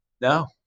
no